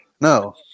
No